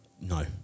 No